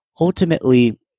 ultimately